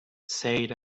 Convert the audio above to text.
said